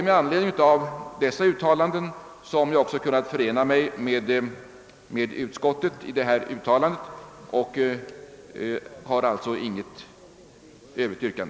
Med anledning av dessa uttalanden har jag också kunnat förena mig med